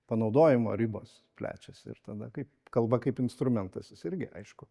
panaudojimo ribos plečiasi ir tada kaip kalba kaip instrumentas jis irgi aišku